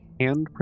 handprint